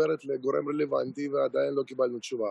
וכמובן שאנחנו לא נקבל תשובה